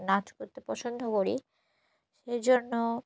নাচ করতে পছন্দ করি সেই জন্য